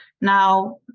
Now